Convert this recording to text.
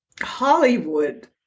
Hollywood